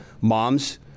moms